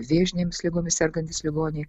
vėžinėmis ligomis sergantys ligoniai